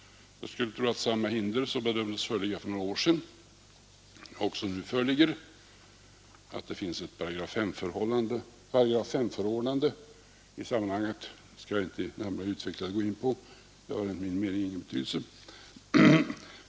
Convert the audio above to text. Därför skulle jag tro att samma hinder som bedömdes föreligga för några år sedan föreligger också nu. Att det finns ett § S-förordnande i sammanhanget skall jag här inte närmare gå in på. Det har enligt min mening ingen betydelse.